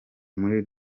muri